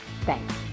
Thanks